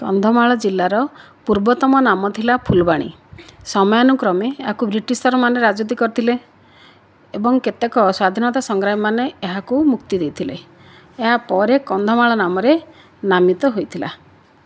କନ୍ଧମାଳ ଜିଲ୍ଲାର ପୂର୍ବତମ ନାମ ଥିଲା ଫୁଲବାଣୀ ସମୟାନୁକ୍ରମେ ଆକୁ ବ୍ରିଟିଶର ମାନେ ରାଜୁତି କରିଥିଲେ ଏବଂ କେତେକ ସ୍ଵାଧୀନତା ସଂଗ୍ରାମୀ ମାନେ ଏହାକୁ ମୁକ୍ତି ଦେଇଥିଲେ ଏହା ପରେ କନ୍ଧମାଳ ନାମରେ ନାମିତ ହୋଇଥିଲା